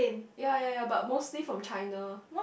ye ye ye but mostly from China